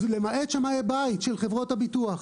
למעט שמאי בית של חברות הביטוח.